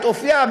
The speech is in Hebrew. את אופיה,